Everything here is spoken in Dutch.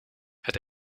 het